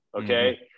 okay